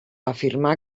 afirmar